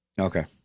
Okay